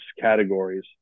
categories